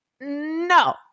No